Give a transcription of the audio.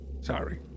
Sorry